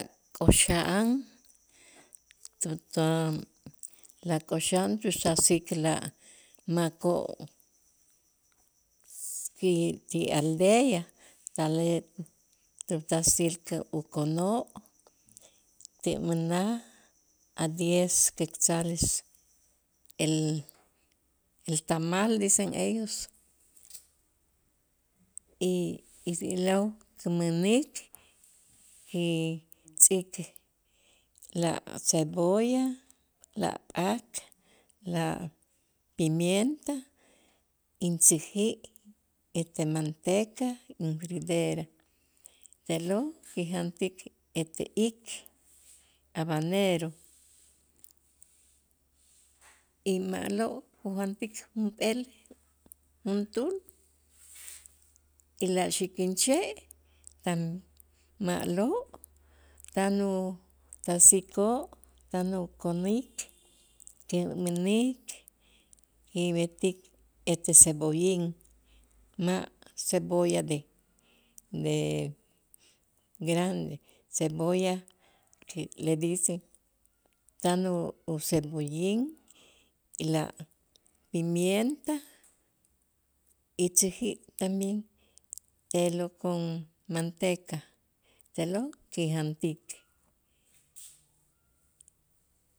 K'o'xa'an la k'o'xan tusasik la makoo' ki ti aldea tale tutasil que ukono' tinmänaj a diez quetzales, el- el tamal dicen ellos y si lo kumänik y tz'ik la cebolla, la p'ak, la pimienta, intzäjä' ete manteca infridera, te'lo' kijantik ete ik habanero y ma'lo' kujantik junp'eel juntuul y la xikinche' tan ma'lo' tan utasikoo', tan ukonik, que mänik y b'etik ete cebollin ma' cebolla de de grande cebolla que le dicen tan u- ucebollin, la pimienta intzäjä' también, je'lo' con manteca te'lo' kijantik.